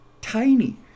tiny